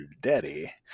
daddy